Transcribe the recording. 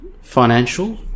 financial